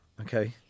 Okay